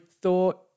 thought